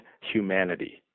humanity